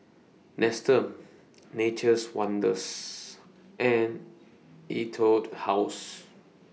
Nestum Nature's Wonders and Etude House